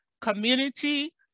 community